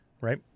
right